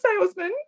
salesman